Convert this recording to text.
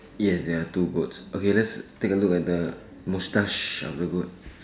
yes there are two goats okay let's take a look at the mustache of the goat